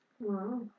Wow